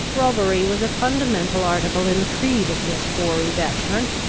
robbery was a fundamental article in the creed of this hoary veteran,